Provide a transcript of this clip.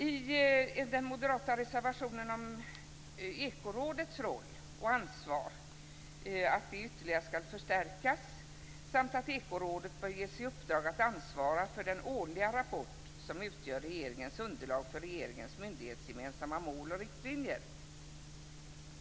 I en moderat reservation yrkas att Ekorådets roll och ansvar ytterligare ska förstärkas samt att Ekorådet bör ges i uppdrag att ansvara för den årliga rapport som utgör regeringens underlag för regeringens myndighetsgemensamma mål och riktlinjer.